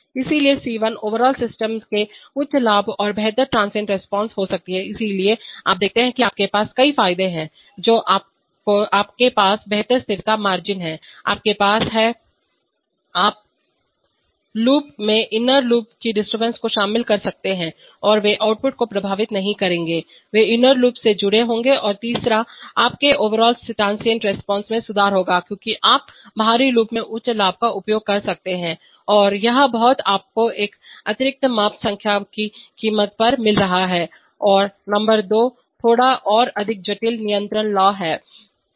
इसलिए C1 overall system के लिए उच्च लाभ और बेहतर ट्रांसिएंट रिस्पांस हो सकती है इसलिए आप देखते हैं कि आपके पास कई फायदे हैं जो आपके पास बेहतर स्थिरता मार्जिन हैं आपके पास हैं आप लूप में इनर लूप की डिस्टर्बेंस को शामिल कर सकते हैं और वे आउटपुट को प्रभावित नहीं करेंगे वे इनर लूप से जुड़े होंगे और तीसरा आपके ओवरआल ट्रांसिएंट रिस्पांस में सुधार होगा क्योंकि आप बाहरी लूप में उच्च लाभ का उपयोग कर सकते हैं और यह सब आपको एक अतिरिक्त माप संख्या एक की कीमत पर मिल रहा है और नंबर दो थोड़ा और अधिक जटिल हैं नियंत्रण लॉ हैं